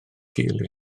gul